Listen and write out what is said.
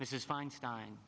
mrs feinstein